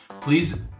please